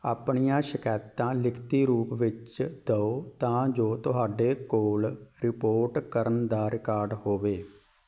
ਆਪਣੀਆਂ ਸ਼ਿਕਾਇਤਾਂ ਲਿਖਤੀ ਰੂਪ ਵਿੱਚ ਦਿਓ ਤਾਂ ਜੋ ਤੁਹਾਡੇ ਕੋਲ ਰਿਪੋਰਟ ਕਰਨ ਦਾ ਰਿਕਾਰਡ ਹੋਵੇ